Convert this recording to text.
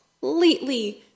completely